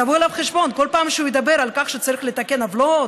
תבוא איתו חשבון כל פעם שהוא ידבר על כך שצריך לתקן עוולות,